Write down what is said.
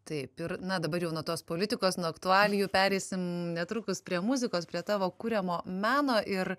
taip ir na dabar jau nuo tos politikos nuo aktualijų pereisim netrukus prie muzikos prie tavo kuriamo meno ir